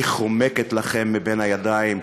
היא חומקת לכם מבין הידיים,